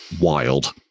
wild